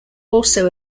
also